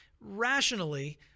rationally